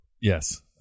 Yes